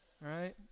Right